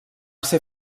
ser